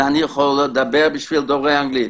זה אני יכול לדבר בשביל דוברי אנגלית.